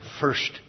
first